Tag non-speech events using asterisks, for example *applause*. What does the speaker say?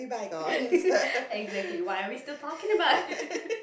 *laughs* exactly why are we still talking about it *laughs*